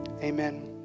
amen